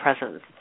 presence